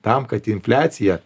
tam kad infliacija